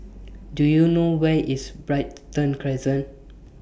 Do YOU know Where IS Brighton Crescent